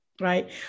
Right